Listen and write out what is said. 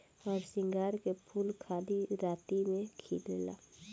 हरसिंगार के फूल खाली राती में खिलेला